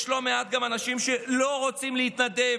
יש גם לא מעט אנשים שלא רוצים להתנדב.